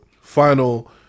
final